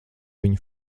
viņu